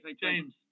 James